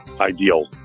ideal